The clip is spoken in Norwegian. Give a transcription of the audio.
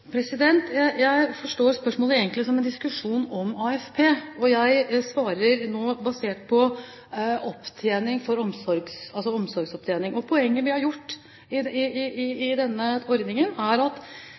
det? Jeg forstår spørsmålet egentlig som en diskusjon om AFP, og jeg svarer nå basert på omsorgsopptjening. Poenget med denne ordningen er: De kvinnene som baserte sin framtidige pensjon på besteårsregelen, og